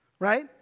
Right